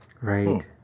Right